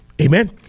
Amen